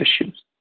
issues